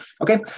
Okay